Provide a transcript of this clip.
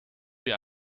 wir